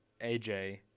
AJ